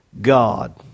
God